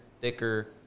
thicker